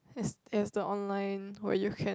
is is the online where you can